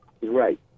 right